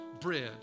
bread